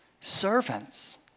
Servants